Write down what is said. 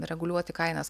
reguliuoti kainas